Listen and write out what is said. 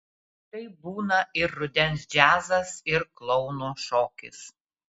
tai būna ir rudens džiazas ir klouno šokis